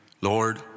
Lord